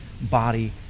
body